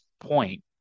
point